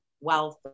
wealth